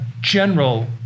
general